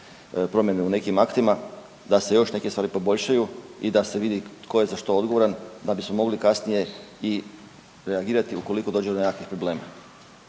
promjenu u nekih aktima da se još neke stvari poboljšaju i da se vidi tko je za što odgovoran da bismo mogli kasnije i reagirati ukoliko dođe do nekakvih problema.